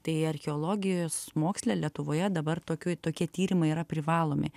tai archeologijos moksle lietuvoje dabar tokiu tokie tyrimai yra privalomi